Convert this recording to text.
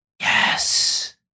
Yes